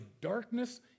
darkness